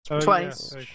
Twice